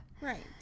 Right